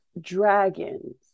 dragons